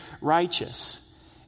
righteous